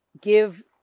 give